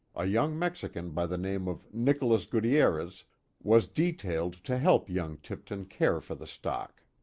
a young mexican by the name of nicholas gutierez was detailed to help young tipton care for the stock.